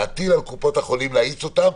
להטיל על קופות החולים את זה.